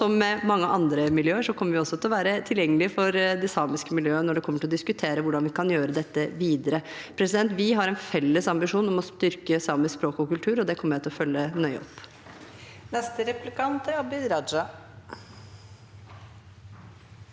det for mange andre miljøer, kommer vi også til å være tilgjengelige for det samiske miljøet når det gjelder å diskutere hvordan vi kan gjøre dette videre. Vi har en felles ambisjon om å styrke sa misk språk og kultur, og det kommer jeg til å følge nøye opp. Abid Raja